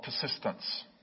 persistence